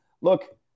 look